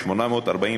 849